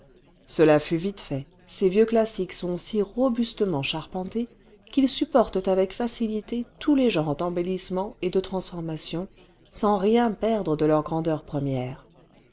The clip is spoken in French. cela fut vite fait ces vieux classiques sont si robustement charpentés qu'ils supportent avec facilité tous les genres d'embellissement et de transformation sans rien perdre de leur grandeur première